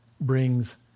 brings